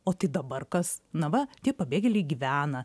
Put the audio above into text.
o tai dabar kas na va tie pabėgėliai gyvena